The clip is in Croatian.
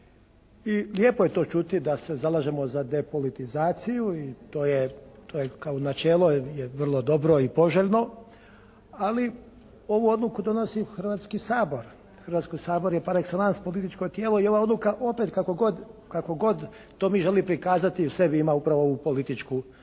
I lijepo je to čuti da se zalažemo za depolitizaciju i to je kao načelo je vrlo dobro i poželjno, ali ovu odluku donosi Hrvatski sabor. Hrvatski sabor je par exellence političko tijelo i ova odluka opet kako god to mi želimo prikazati, u sebi ima upravo ovu političku dimenziju